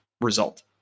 result